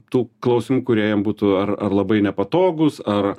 tų klausimų kurie jiem būtų ar ar labai nepatogūs ar